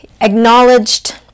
acknowledged